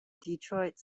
detroit